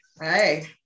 Hey